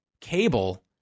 cable